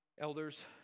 Elders